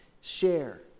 share